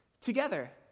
together